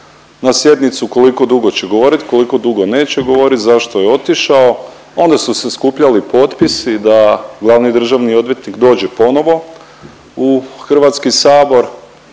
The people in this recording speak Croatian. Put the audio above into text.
na sjednicu, koliko dugo će govoriti, koliko dugo neće govorit, zašto je otišao, onda su se skupljali potpisi da glavni državni odvjetnik dođe ponovo u Hrvatski sabor,